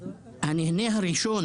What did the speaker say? הנהנה הראשון,